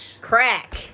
crack